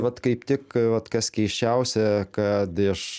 vat kaip tik vat kas keisčiausia kad iš